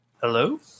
Hello